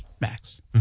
max